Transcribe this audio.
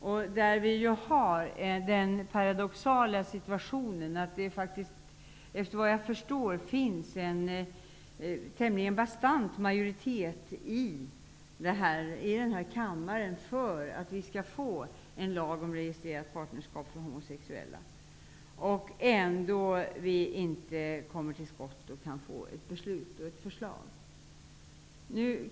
Såvitt jag förstår har vi den paradoxala situationen att det finns en tämligen bastant majoritet i denna kammare för att vi skall ha en lag om registrerat partnerskap för homosexuella. Ändå kommer vi inte till skott när det gäller ett förslag och ett beslut.